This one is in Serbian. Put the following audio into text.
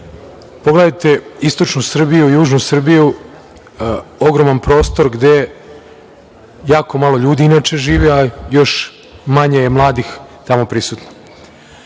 važno. Pogledajte istočnu Srbiju i južnu Srbiju, ogroman prostor gde jako malo ljudi inače živi, a i još manje je mladih tamo prisutno.